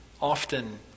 often